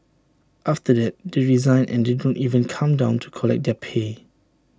after that they resign and they don't even come down to collect their pay